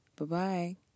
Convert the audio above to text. Bye-bye